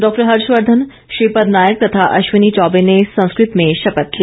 डॉ हर्षवर्धन श्रीपद नायक तथा अश्विनी चौबे ने संस्कृत में शपथ ली